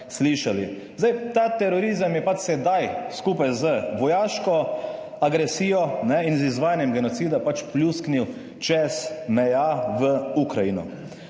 Zdaj ta terorizem je pač sedaj skupaj z vojaško agresijo in z izvajanjem genocida pač pljusknil čez meja v Ukrajino.